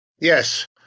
Yes